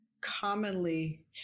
commonly